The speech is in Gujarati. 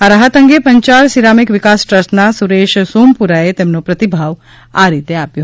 આ રાહત અંગે પંચાળ સીરામીક વિકાસ ટ્રસ્ટના સુરેશ સોમપુરાએ તેમનો પ્રતિભાવ આ રીતે આપ્યો